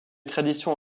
traditions